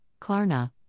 Klarna